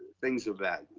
things of that